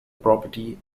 property